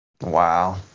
wow